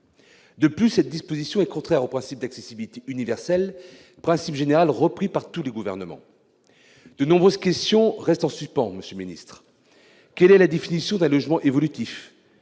De plus, cette disposition est contraire au principe d'accessibilité universelle, principe général repris par tous les gouvernements. De nombreuses questions restent en suspens, monsieur le ministre. Quelle est la définition d'un logement évolutif ?